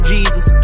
Jesus